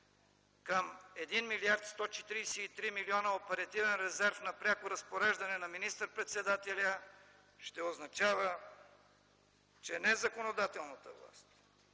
към 1 млрд. 143 млн. лв. оперативен резерв на пряко разпореждане на министър-председателя ще означава, че не законодателната власт,